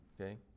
okay